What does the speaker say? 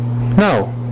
No